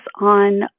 on